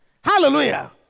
Hallelujah